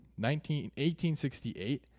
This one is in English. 1868